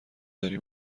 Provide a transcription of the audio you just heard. داری